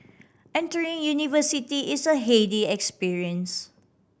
entering university is a heady experience